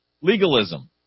legalism